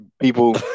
people